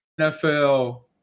nfl